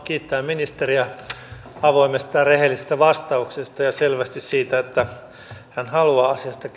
kiittää ministeriä avoimesta ja rehellisestä vastauksesta ja siitä että hän selvästi haluaa asiasta